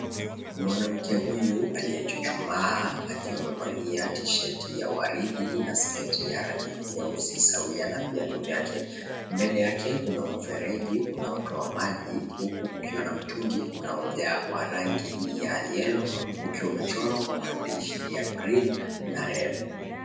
Mwanamke huyu anayechuchuma akiwa amevalia tishati ya waridi na sketi ya rangi nyeusi sawia na viatu vyake, mbele yake kuna mfereji unaotoa maji huku kukiwa na mtungi unaojaa wa rangi ya rangi yellow umechorwa kwa maandishi ya green na red .